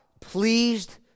Pleased